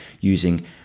using